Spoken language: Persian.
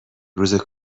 روز